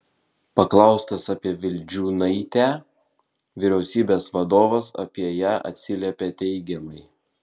paklaustas apie vildžiūnaitę vyriausybės vadovas apie ją atsiliepė teigiamai